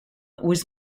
was